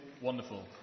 wonderful